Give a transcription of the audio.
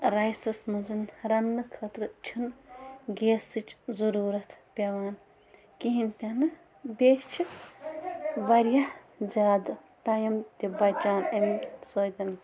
رایسَس منٛز رَنٛنہٕ خٲطرٕ چھِنہٕ گیسٕچ ضٔروٗرَت پٮ۪وان کِہیٖنۍ تہِ نہٕ بیٚیہِ چھِ واریاہ زیادٕ ٹایِم تہِ بَچان اَمہِ سۭتۍ